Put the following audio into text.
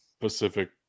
Pacific